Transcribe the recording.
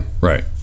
Right